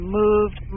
moved